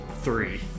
Three